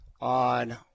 on